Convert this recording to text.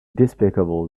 despicable